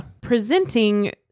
presenting